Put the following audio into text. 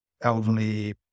elderly